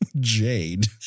jade